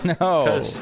no